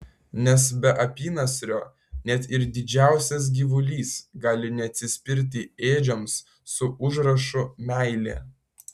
nes be apynasrio net ir didžiausias gyvulys gali neatsispirti ėdžioms su užrašu meilė